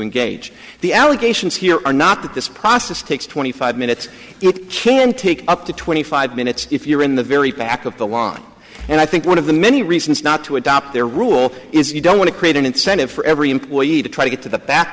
engage the allegations here are not that this process takes twenty five minutes it can take up to twenty five minutes if you're in the very back of the line and i think one of the many reasons not to adopt their rule is you don't want to create an incentive for every employee to try to get to the back